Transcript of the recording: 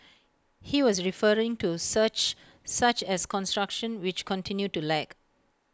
he was referring to such such as construction which continued to lag